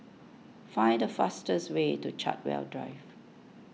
find the fastest way to Chartwell Drive